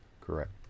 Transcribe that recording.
Correct